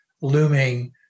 looming